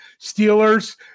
Steelers